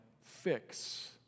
fix